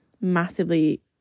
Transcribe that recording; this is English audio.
massively